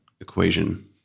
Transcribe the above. Equation